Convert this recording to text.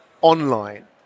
online